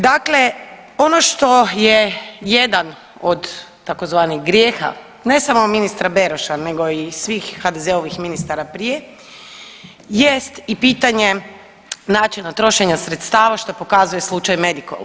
Dakle, ono što je jedan od tzv. grijeha ne samo ministra Beroša nego i svih HDZ-ovih ministara prije jest i pitanje načina trošenja sredstava što pokazuje slučaj Medikol.